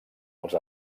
els